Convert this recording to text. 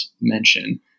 mention